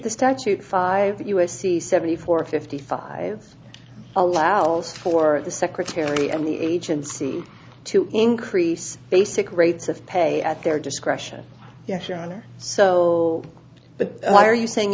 the statute five u s c seventy four fifty five allows for the secretary and the agency to increase basic rates of pay at their discretion yes your honor so but why are you saying